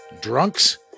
drunks